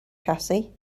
cassie